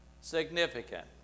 significant